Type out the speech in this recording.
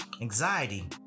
Anxiety